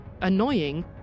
annoying